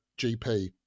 GP